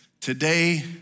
Today